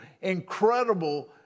incredible